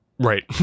Right